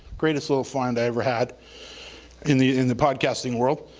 greatest little find i ever had in the in the podcasting world.